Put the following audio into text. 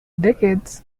decades